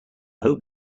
hope